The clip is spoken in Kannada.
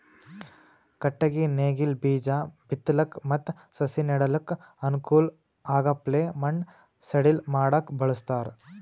ಕಟ್ಟಗಿ ನೇಗಿಲ್ ಬೀಜಾ ಬಿತ್ತಲಕ್ ಮತ್ತ್ ಸಸಿ ನೆಡಲಕ್ಕ್ ಅನುಕೂಲ್ ಆಗಪ್ಲೆ ಮಣ್ಣ್ ಸಡಿಲ್ ಮಾಡಕ್ಕ್ ಬಳಸ್ತಾರ್